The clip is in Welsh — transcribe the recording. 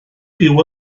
byw